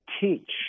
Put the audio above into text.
teach